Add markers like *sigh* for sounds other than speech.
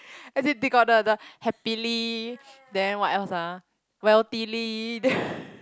as in they got the the happily then what else ah wealthily then *laughs*